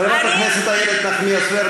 אני מצטערת,